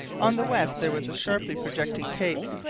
on the west there was a sharply projecting cape,